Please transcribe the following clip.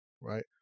right